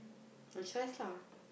no choice lah